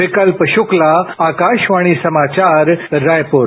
विकल्प शुक्ला आकाशवाणी समाचार रायपुर